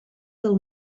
del